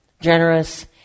generous